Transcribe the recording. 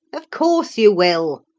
of course you will.